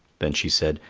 then she said,